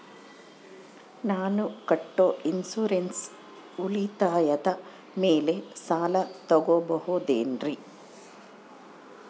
ನಾನು ಕಟ್ಟೊ ಇನ್ಸೂರೆನ್ಸ್ ಉಳಿತಾಯದ ಮೇಲೆ ಸಾಲ ತಗೋಬಹುದೇನ್ರಿ?